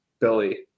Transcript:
Billy